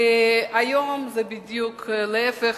והיום זה בדיוק ההיפך,